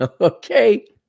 Okay